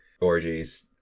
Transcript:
orgies